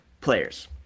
players